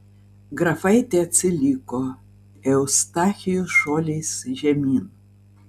grafaitė atsiliko eustachijus šuoliais žemyn